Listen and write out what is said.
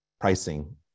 pricing